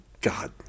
God